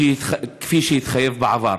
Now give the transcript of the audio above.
כפי שהתחייב בעבר.